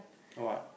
what